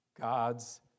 God's